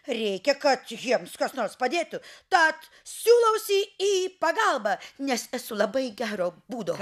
reikia kad jiems kas nors padėtų tad siūlausi į pagalbą nes esu labai gero būdo